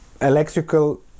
electrical